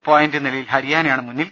point നിലയിൽ ഹരിയാനയാണ് മുന്നിൽ